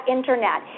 Internet